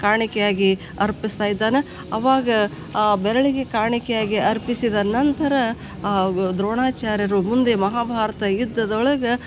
ಕಾಣಿಕೆಯಾಗಿ ಅರ್ಪಿಸ್ತಾ ಇದ್ದಾನೆ ಅವಾಗ ಆ ಬೆರಳಿಗೆ ಕಾಣಿಕೆಯಾಗಿ ಅರ್ಪಿಸಿದ ನಂತರ ಆ ದ್ರೋಣಾಚಾರ್ಯರು ಮುಂದೆ ಮಹಾಭಾರತ ಯುದ್ದದೊಳಗೆ